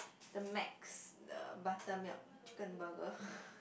the macs the buttermilk chicken burger